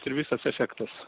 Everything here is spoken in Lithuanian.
ir visas efektas